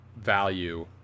value